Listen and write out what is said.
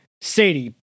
Sadie